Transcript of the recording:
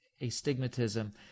astigmatism